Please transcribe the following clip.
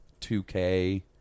2K